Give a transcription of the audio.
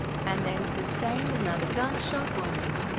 and then sustained another gunshot wound.